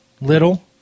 little